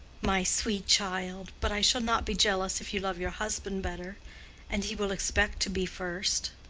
my sweet child but i shall not be jealous if you love your husband better and he will expect to be first.